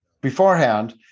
beforehand